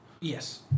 Yes